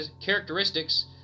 characteristics